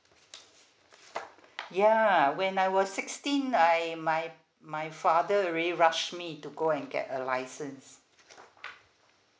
ya when I was sixteen I my my father already rushed me to go and get a license